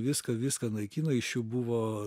viską viską naikino iš jų buvo